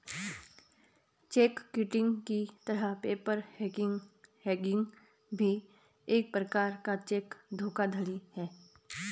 check kiting की तरह paper hanging भी एक प्रकार का चेक धोखाधड़ी है